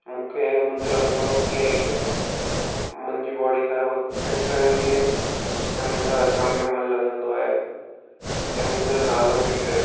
मूंखे मुंहिंजो अनुभव हीउ आहे की मुंहिंजी बॉडी हर वक़्तु फ़िट रहंदी आहे ऐं मुंहिंजो हर कम में मनु लॻंदो आहे ऐं मुंहिंजो नालो बि ठहे पियो